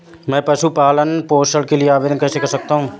मैं पशु पालन पोषण के लिए आवेदन कैसे कर सकता हूँ?